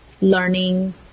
learning